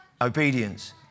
obedience